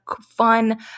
fun